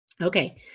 okay